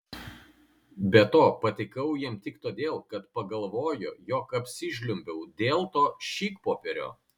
be to patikau jam tik todėl kad pagalvojo jog apsižliumbiau dėl to šikpopierio